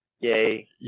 Yay